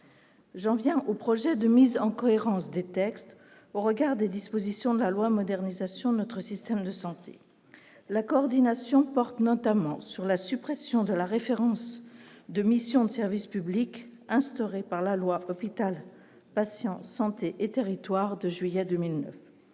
J'en viens au projet de mise en cohérence des textes au regard des dispositions de la loi modernisation de notre système de santé la coordination portent notamment sur la suppression de la référence de missions de service public, instauré par la loi hôpital, patience, Santé et Territoires de juillet 2000,